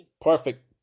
Perfect